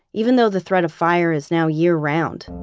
even though the threat of fire is now year-round.